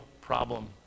problem